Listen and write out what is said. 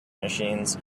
machines